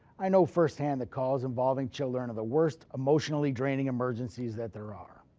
i know first hand that calls involving children are the worst emotionally draining emergencies that there are.